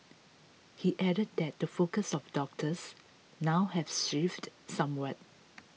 he added that the focus of doctors now has shifted somewhat